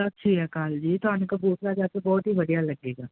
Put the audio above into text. ਸਤਿ ਸ੍ਰੀ ਅਕਾਲ ਜੀ ਤੁਹਾਨੂੰ ਕਪੂਰਥਲਾ ਜੈਸੇ ਬਹੁਤ ਹੀ ਵਧੀਆ ਲੱਗੇਗਾ